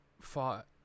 fought